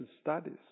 studies